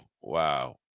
Wow